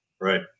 Right